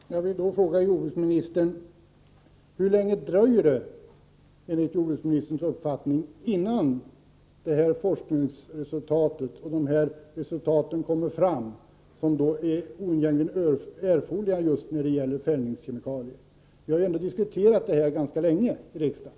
Herr talman! Jag vill då fråga jordbruksministern: Hur länge dröjer det enligt jordbruksministerns uppfattning innan de forskningsresultat kommer fram som är oundgängligen erforderliga när det gäller just fällningskemikalier? Vi har ju ändå diskuterat den här frågan under ganska lång tid i riksdagen.